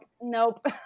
nope